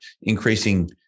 increasing